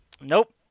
Nope